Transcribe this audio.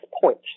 Point